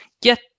get